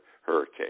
hurricane